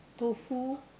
tofu